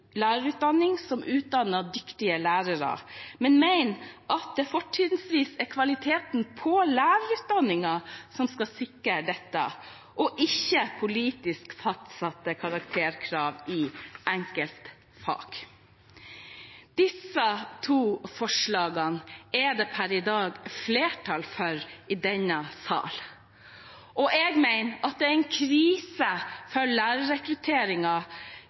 lærerutdanning som utdanner dyktige lærere, men mener at det fortrinnsvis er kvaliteten på lærerutdanningen som skal sikre dette, og ikke politisk fastsatte karakterkrav i enkeltfag. Disse to forslagene er det per i dag flertall for i denne sal. Jeg mener at det er en krise for